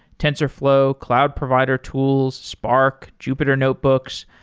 tensorflow, cloud provider tools, spark, jupyter notebooks.